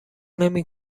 نمی